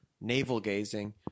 navel-gazing